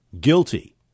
guilty